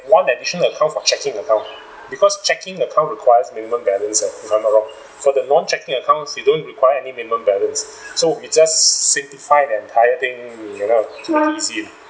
one additional account for chequing account because chequing account requires minimum balance and if I'm not wrong so the non-chequing accounts you don't require any minimum balance so we just simplify the entire thing you know to be easy